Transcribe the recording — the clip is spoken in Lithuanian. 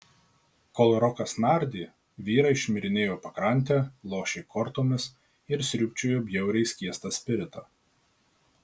kol rokas nardė vyrai šmirinėjo pakrante lošė kortomis ir sriūbčiojo bjauriai skiestą spiritą